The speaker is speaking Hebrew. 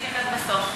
אתייחס בסוף.